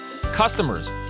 Customers